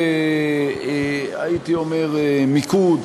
נטולות מיקוד,